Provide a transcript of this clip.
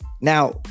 Now